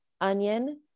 onion